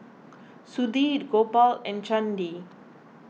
Sudhir Gopal and Chandi